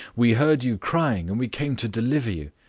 we heard you crying and we came to deliver you.